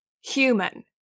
human